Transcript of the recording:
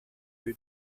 lieu